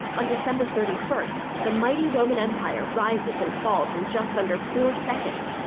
on december thirty first, the mighty roman empire rises and falls in just under four seconds.